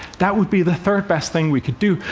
that would be the third best thing we could do.